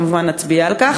כמובן נצביע על כך.